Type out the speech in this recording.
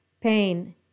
pain